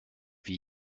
wie